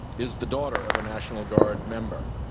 is the daughter of a national guard member.